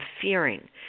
fearing